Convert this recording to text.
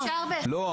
לא,